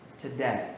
today